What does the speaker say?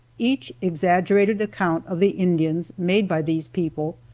each exaggerated account of the indians made by these people,